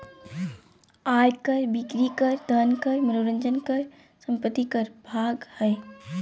आय कर, बिक्री कर, धन कर, मनोरंजन कर, संपत्ति कर भाग हइ